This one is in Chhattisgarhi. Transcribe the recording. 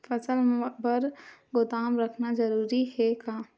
फसल बर गोदाम रखना जरूरी हे का?